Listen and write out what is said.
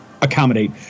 accommodate